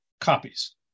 copies